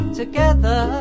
together